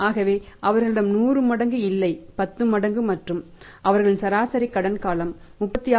ஆகவே அவர்களிடம் 100 மடங்கு இல்லை 10 மடங்கு மற்றும் அவர்களின் சராசரி கட்டண காலம் 36